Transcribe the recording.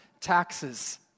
taxes